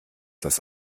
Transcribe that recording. das